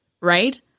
Right